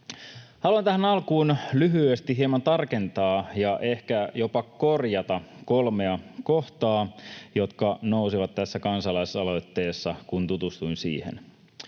Haluan tähän alkuun lyhyesti hieman tarkentaa ja ehkä jopa korjata kolmea kohtaa, jotka nousivat tässä kansalaisaloitteessa, kun tutustuin siihen: